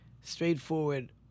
straightforward